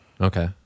okay